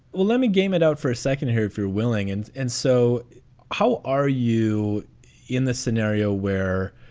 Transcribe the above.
well, let me game it out for a second here, if you're willing. and and so how are you in this scenario where,